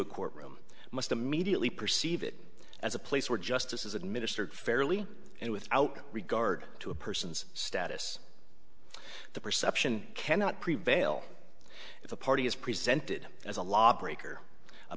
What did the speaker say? a court room must immediately perceive it as a place where justice is administered fairly and without regard to a person's status the perception cannot prevail if a party is presented as a law breaker a